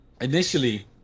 initially